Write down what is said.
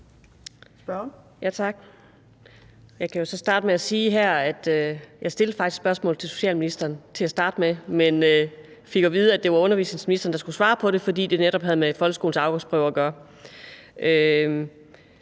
stillede spørgsmålet til social- og indenrigsministeren til at starte med, men fik at vide, at det var børne- og undervisningsministeren, der skulle svare på det, fordi det netop havde med folkeskolens afgangsprøver at gøre.